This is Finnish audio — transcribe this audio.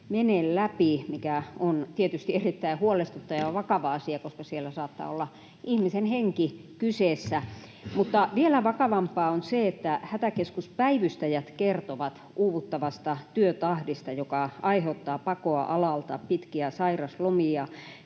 mene läpi, mikä on tietysti erittäin huolestuttava ja vakava asia, koska siellä saattaa olla ihmisen henki kyseessä. Mutta vielä vakavampaa on se, että hätäkeskuspäivystäjät kertovat uuvuttavasta työtahdista, joka aiheuttaa pakoa alalta, pitkiä sairaslomia.